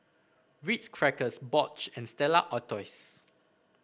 Ritz Crackers Bosch and Stella Artois